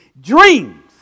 dreams